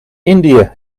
indië